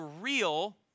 real